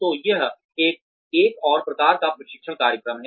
तो यह एक और प्रकार का प्रशिक्षण कार्यक्रम है